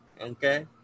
okay